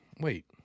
Wait